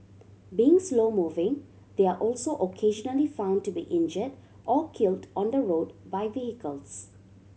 being slow moving they are also occasionally found to be injured or killed on the road by vehicles